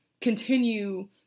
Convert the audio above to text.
continue